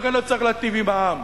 לכן, לא צריך להיטיב עם העם.